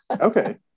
Okay